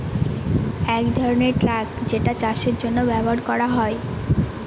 এক ধরনের ট্রাক যেটা চাষের জন্য ব্যবহার করা হয়